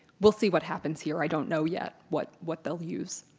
we'll see what happens here. i don't know yet what what they'll use.